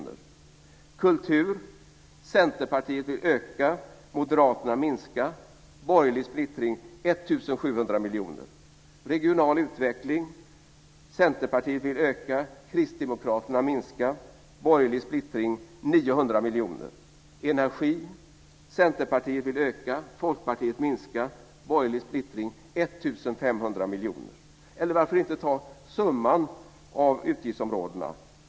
För kulturen vill Centerpartiet öka och Moderaterna minska. Den borgerliga splittringen är 1 700 000 000 kr. För regional utveckling vill Centerpartiet öka och Kristdemokraterna vill minska. Den borgerliga splittringen blir 900 miljoner kronor. För energi vill Centerpartiet öka och Folkpartiet minska. Den borgerliga splittringen blir 1 500 000 000 kr. Eller varför inte ta summan av utgiftsområdena?